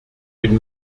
une